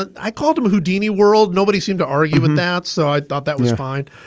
and i call them houdini world. nobody seem to argue in that. so i thought that was fine.